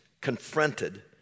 confronted